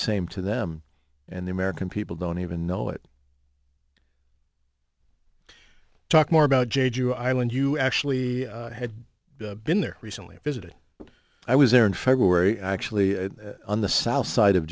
same to them and the american people don't even know it talk more about jade you island you actually had been there recently a visit i was there in february actually on the south side of